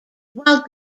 while